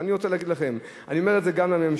ואני רוצה להגיד לכם, אני אומר את זה גם לממשלה: